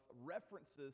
references